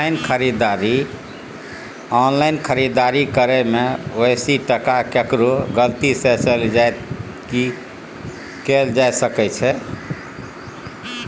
Online खरीददारी करै में बेसी टका केकरो गलती से चलि जा त की कैल जा सकै छै?